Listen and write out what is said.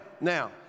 now